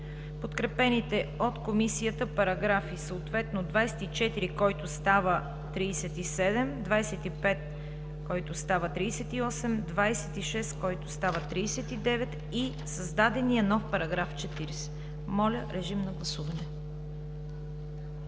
подкрепените от Комисията параграфи съответно 24, който става 37; 25, който става 38; 26, който става 39; и създадения нов § 40. Гласували